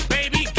Baby